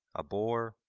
a boar,